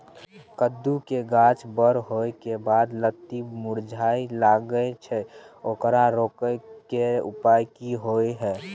कद्दू के गाछ बर होय के बाद लत्ती मुरझाय लागे छै ओकरा रोके के उपाय कि होय है?